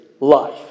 life